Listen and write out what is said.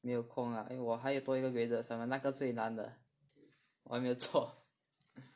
没有空 lah eh 我还有多一个 graded assignment 那个最难的我还没有做